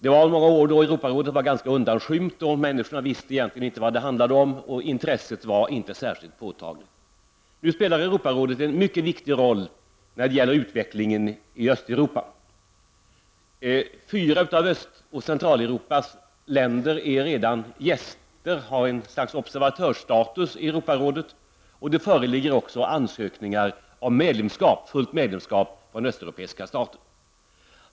Europarådet var under många år ganska undanskymt, och människorna visste egentligen inte vad det handlade om. Intresset var inte särskilt påtagligt. Nu spelar Europarådet en mycket viktig roll när det gäller utvecklingen i Östeuropa. Fyra av Östoch Centraleuropas länder är redan gäster och har en sorts observatörsstatus i Europarådet, och det föreligger också ansökningar om fullt medlemskap från östeuropeiska stater.